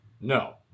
No